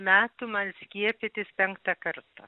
metų man skiepytis penktą kartą